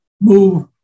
move